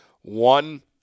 One